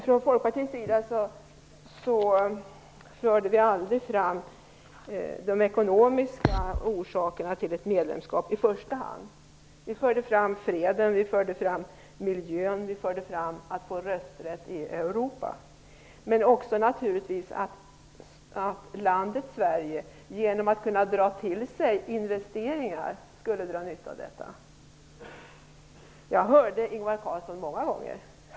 Från Folkpartiets sida förde vi aldrig fram de ekonomiska orsakerna till ett medlemskap i första hand. Vi förde fram freden. Vi förde fram miljön. Vi förde fram vikten av att få rösträtt i Europa, men också naturligtvis att landet Sverige genom att dra till sig investeringar kunde dra nytta av medlemskapet. Jag hörde Ingvar Carlsson många gånger.